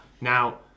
Now